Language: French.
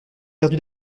perdu